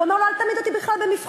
הוא אומר לו: אל תעמיד אותי בכלל במבחן,